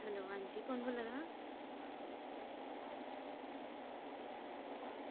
hello हां जी कुन्न बोल्ला दा